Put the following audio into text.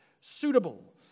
suitable